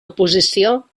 oposició